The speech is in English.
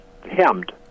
hemmed